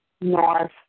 North